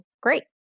great